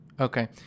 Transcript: Okay